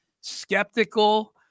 skeptical